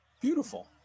Beautiful